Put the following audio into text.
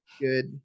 good